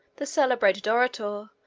the celebrated orator,